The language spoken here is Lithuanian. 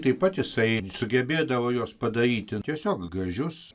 taip pat jisai sugebėdavo juos padaryti tiesiog gražius